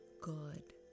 good